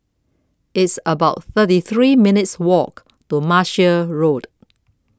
It's about thirty three minutes' Walk to Martia Road